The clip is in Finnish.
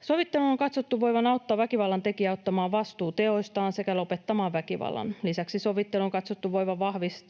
Sovittelun on katsottu voivan auttaa väkivallantekijää ottamaan vastuun teoistaan sekä lopettamaan väkivallan. Lisäksi sovittelun on katsottu voivan